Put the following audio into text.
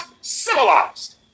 civilized